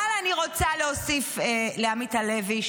אבל אני רוצה להוסיף לעמית הלוי,